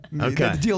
Okay